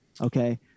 Okay